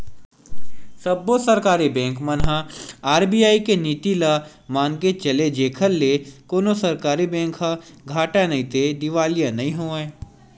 सब्बो सरकारी बेंक मन ह आर.बी.आई के नीति ल मनाके चले जेखर ले कोनो सरकारी बेंक ह घाटा नइते दिवालिया नइ होवय